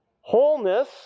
wholeness